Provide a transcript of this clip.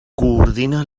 coordina